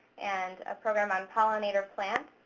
and a program on pollinator plants.